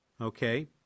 okay